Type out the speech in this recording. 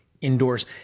Indoors